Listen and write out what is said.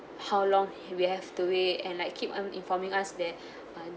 how long we have to wait and like keep on informing us that uh